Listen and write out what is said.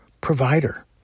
provider